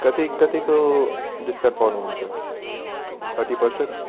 कति कतिको डिस्काउन्ट पाउनुहुन्छ थर्टी पर्सेन्ट